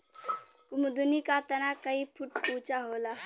कुमुदनी क तना कई फुट ऊँचा होला